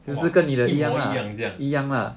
!wah! 跟我一样这样